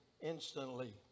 instantly